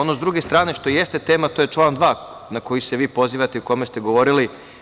Ono, s druge strane, što jeste tema, to je član 2. na koji se vi pozivate i o kome ste govorili.